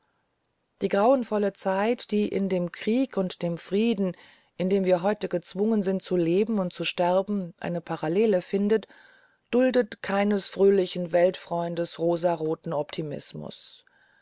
die grauenvolle zeit die in dem krieg und in dem frieden in dem wir heute gezwungen sind zu leben und zu sterben eine parallele findet duldete keines fröhlichen weltfreundes rosenroten optimismus